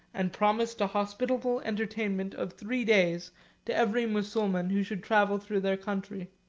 and promised a hospitable entertainment of three days to every mussulman who should travel through their country.